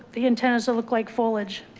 the antennas to look like foliage.